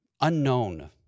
unknown